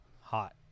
Hot